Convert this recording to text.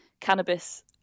cannabis